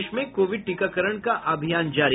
देश में कोविड टीकाकरण का अभियान जारी